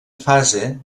fase